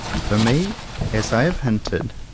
for me as i have hinted,